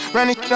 Running